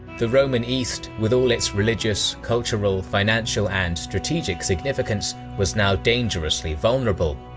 the roman east, with all its religious, cultural, financial and strategic significance, was now dangerously vulnerable.